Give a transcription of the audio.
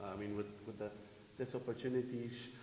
i mean with with the these opportunities